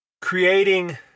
creating